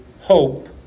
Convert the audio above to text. hope